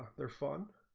their fund